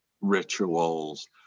rituals